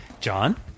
John